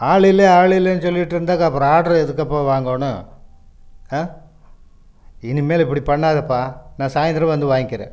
ஆள் இல்லை ஆள் இல்லைன்னு சொல்லிகிட்டுருந்தாக்காப்பா அப்போ ஆட்ரு எதுக்குப்பா வாங்கணும் அ இனிமேல் இப்படி பண்ணாதேப்பா நான் சாய்ந்திரம் வந்து வாங்கிக்கிறேன்